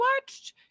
watched